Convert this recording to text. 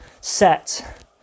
set